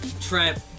trap